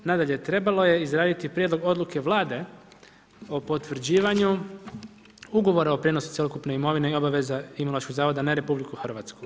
Nadalje, trebalo je izraditi prijedlog odluke Vlade o potvrđivanju ugovora o prijenosu cjelokupne imovine i obaveze Imunološkog zavoda na RH.